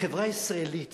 החברה הישראלית